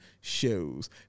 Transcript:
shows